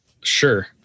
Sure